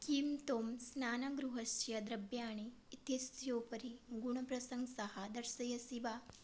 किं त्वं स्नानगृहस्य द्रव्याणि इत्यस्योपरि गुणप्रशंसान् दर्शयसि वा